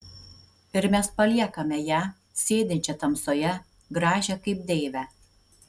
ir mes paliekame ją sėdinčią tamsoje gražią kaip deivę